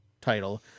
title